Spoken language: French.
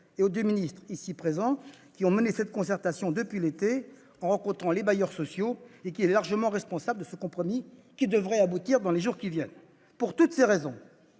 et au secrétaire d'État ici présents. Ils ont mené cette concertation depuis l'été, en rencontrant les bailleurs sociaux. Ils sont largement responsables de ce compromis, qui devrait aboutir dans les jours qui viennent. Pour toutes ces raisons,